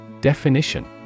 Definition